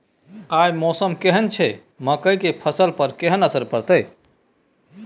आय मौसम केहन छै मकई के फसल पर केहन असर परतै?